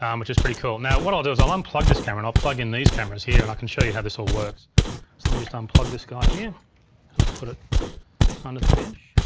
um which is pretty cool. now what i'll do is i'll unplug this camera and i'll plug in these cameras here and i can show you how this all works. so let me just unplug this guy here then i'll put it under the bench,